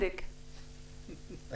נאמר פה לפני כמה דקות אני